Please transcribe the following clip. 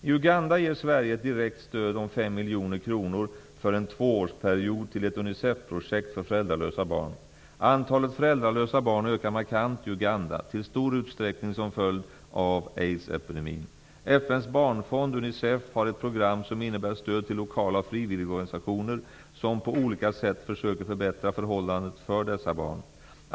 I Uganda ger Sverige ett direkt stöd om 5 miljoner kronor för en tvåårsperiod till ett Unicef-projekt för föräldralösa barn. Antalet föräldralösa barn ökar markant i Uganda, i stor utsträckning som följd av aidsepidemin. FN:s barnfond, Unicef, har ett program som innebär stöd till lokala frivilligorganisationer som på olika sätt försöker förbättra förhållandet för dessa barn.